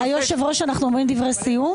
היושב-ראש, אנחנו אומרים דברי סיום?